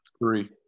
three